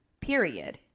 Period